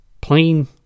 plain